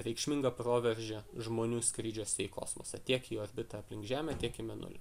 reikšmingą proveržį žmonių skrydžiuose į kosmosą tiek į orbitą aplink žemę tiek į mėnulį